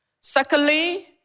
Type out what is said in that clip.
Secondly